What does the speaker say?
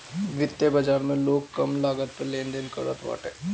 वित्तीय बाजार में लोग कम लागत पअ लेनदेन करत बाटे